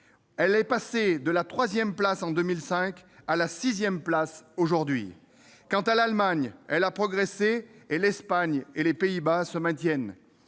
Elle est passée de la troisième place en 2005 à la sixième place aujourd'hui. Lamentable ! Quant à l'Allemagne, elle a progressé, alors que l'Espagne et les Pays-Bas se maintiennent.